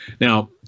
Now